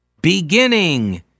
beginning